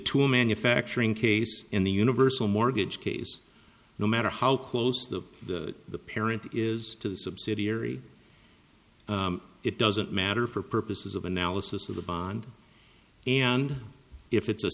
tool manufacturing case in the universal mortgage case no matter how close the the parent is to the subsidiary it doesn't matter for purposes of analysis of the bond and if it's